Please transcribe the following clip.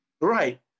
Right